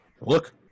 look